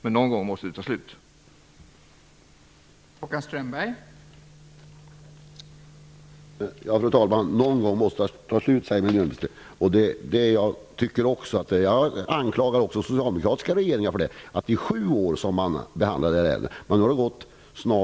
Men någon gång måste detta ärendes behandling avslutas.